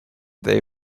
they